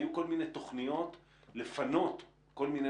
היו כל מיני תוכניות לפנות כל מיני